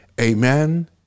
Amen